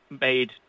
made